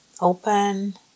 open